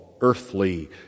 earthly